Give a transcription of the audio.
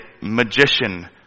magician